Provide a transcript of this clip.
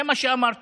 זה מה שאמרתי,